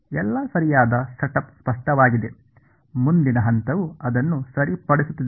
ಎಲ್ಲಾ ಸರಿಯಾದ ಸೆಟಪ್ ಸ್ಪಷ್ಟವಾಗಿದೆ ಮುಂದಿನ ಹಂತವು ಅದನ್ನು ಸರಿಪಡಿಸುತ್ತಿದೆ